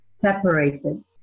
separated